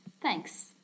Thanks